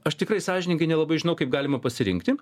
aš tikrai sąžiningai nelabai žinau kaip galima pasirinkti